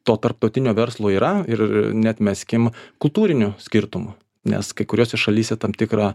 to tarptautinio verslo yra ir neatmeskim kultūrinių skirtumų nes kai kuriose šalyse tam tikra